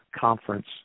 conference